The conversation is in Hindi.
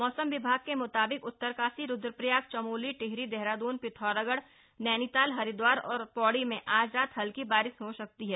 मौसम विभाग के मुताबिक उत्तरकाशी रुद्रप्रयाग चमोली टिहरी देहरादून पिथौरागढ़ नैनीताल हरिद्वार और पौड़ी में आज रात हल्की बारिश हो सकती है